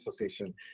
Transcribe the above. Association